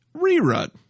Rerun